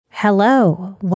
Hello